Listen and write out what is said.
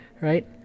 Right